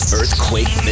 Earthquake